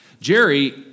Jerry